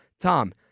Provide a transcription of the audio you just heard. Tom